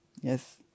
Yes